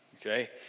okay